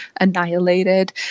annihilated